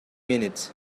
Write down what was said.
minutes